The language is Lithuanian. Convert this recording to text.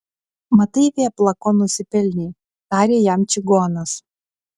matai vėpla ko nusipelnei tarė jam čigonas